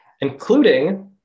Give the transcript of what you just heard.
including